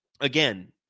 again